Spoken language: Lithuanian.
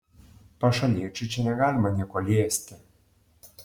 pašaliečiui čia negalima nieko liesti